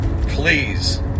please